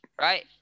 Right